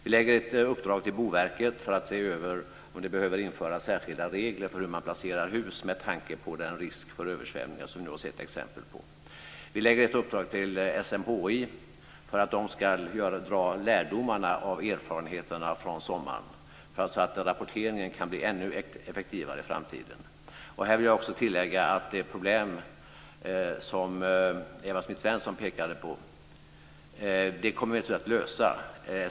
Vi lägger ett uppdrag till Boverket för att se över om det behöver införas särskilda regler för hur man placerar hus med tanke på den risk för översvämningar som vi nu har sett exempel på. Vi lägger ett uppdrag till SMHI för att de ska dra lärdomar av erfarenheterna från sommaren, så att rapporteringen kan bli ännu effektivare i framtiden. Jag vill tillägga att vi naturligtvis kommer att lösa de problem som Karin Svensson Smith pekade på.